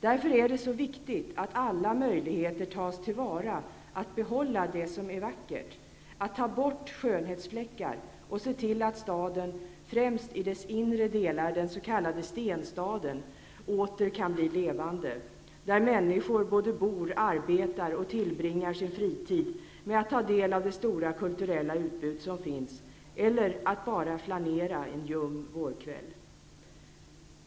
Därför är det så viktigt att alla möjligheter tas till vara att bibehålla det som är vackert, att ta bort skönhetsfläckar och att se till att staden, främst i dess inre delar, den s.k. stenstaden, åter kan bli levande; där människor både bor, arbetar och tillbringar sin fritid med att ta del av det stora kulturella utbud som finns eller att bara flanera i en ljum vårkväll.